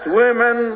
women